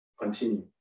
Continue